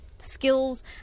skills